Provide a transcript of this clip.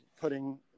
putting